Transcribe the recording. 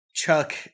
Chuck